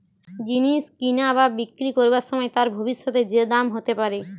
জিনিস কিনা বা বিক্রি করবার সময় তার ভবিষ্যতে যে দাম হতে পারে